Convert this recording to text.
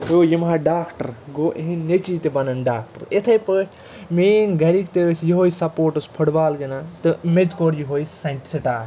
ہیو یِم ہا ڈاکٹَر گوٚو یِہٕنٛدۍ نیٚچِو تہِ بَنَن ڈاکٹَر یِتھٕے پٲٹھۍ میٛٲنۍ گَرِکۍ تہِ ٲسۍ یِہَے سَپورٹٕس فُٹ بال گِنٛدان تہٕ میٚتہِ کوٚر یِہَے سِن سِٹاٹ